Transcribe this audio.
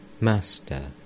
Master